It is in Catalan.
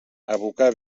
abocar